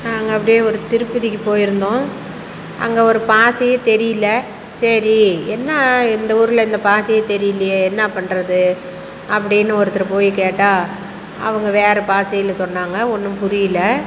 நாங்கள் அப்படே ஒரு திருப்பதிக்கு போய்ருந்தோம் அங்கே ஒரு பாஷையே தெரியல சரி என்ன இந்த ஊரில் இந்த பாஷையே தெரியலயே என்ன பண்ணுறது அப்படின்னு ஒருத்தர் போய் கேட்டால் அவங்க வேறு பாஷையில சொன்னாங்க ஒன்றும் புரியல